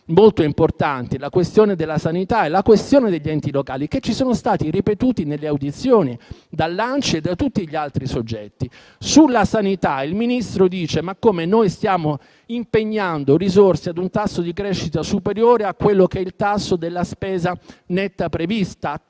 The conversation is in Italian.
molto importanti: la questione della sanità e la questione degli enti locali, che ci sono state ribadite nelle audizioni dall'ANCI e da tutti gli altri soggetti. Sulla sanità il Ministro dice che noi stiamo impegnando risorse ad un tasso di crescita superiore a quello che è il tasso della spesa netta prevista.